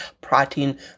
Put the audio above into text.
protein